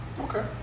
Okay